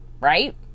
Right